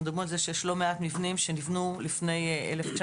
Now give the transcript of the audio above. אנחנו מדברים על כך שיש לא מעט מבנים שנבנו לפני 1980,